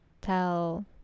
tell